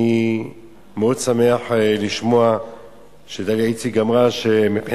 אני מאוד שמח לשמוע שדליה איציק אמרה שמבחינה